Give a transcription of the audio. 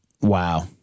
Wow